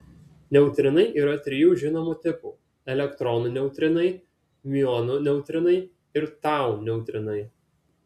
neutrinai yra trijų žinomų tipų elektronų neutrinai miuonų neutrinai ir tau neutrinai